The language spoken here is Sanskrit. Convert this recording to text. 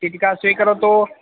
चीटिकां स्वीकरोतु